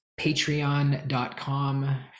patreon.com